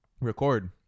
record